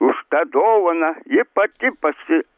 už tą dovaną ji pati pasi